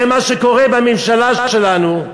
זה מה שקורה בממשלה שלנו,